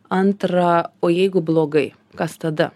antra o jeigu blogai kas tada